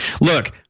Look